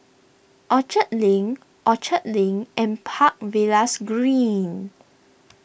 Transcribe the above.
Orchard Link Orchard Link and Park Villas Green